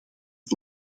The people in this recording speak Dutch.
het